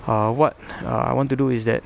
uh what uh I want to do is that